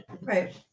Right